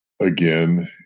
again